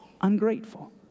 Ungrateful